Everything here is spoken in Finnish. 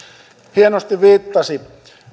hienosti viittasi